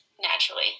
naturally